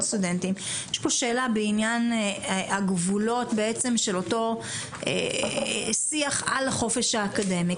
סטודנטים יש פה שאלה בעניין הגבולות של אותו שיח על החופש האקדמי.